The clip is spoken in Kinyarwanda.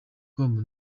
com